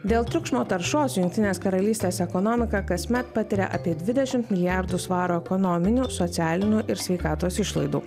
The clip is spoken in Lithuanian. dėl triukšmo taršos jungtinės karalystės ekonomika kasmet patiria apie dvidešim milijardų svarų ekonominių socialinių ir sveikatos išlaidų